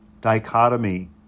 dichotomy